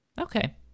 Okay